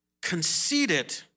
conceited